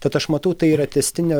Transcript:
tad aš matau tai yra tęstinė